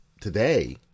today